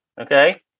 Okay